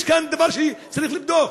יש כאן דבר שצריך לבדוק.